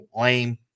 lame